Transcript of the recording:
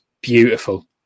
beautiful